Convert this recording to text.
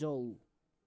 जाऊ